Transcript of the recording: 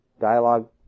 Dialogue